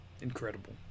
incredible